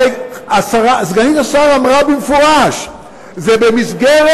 הרי סגנית השר אמרה במפורש: זה במסגרת